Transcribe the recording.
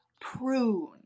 prune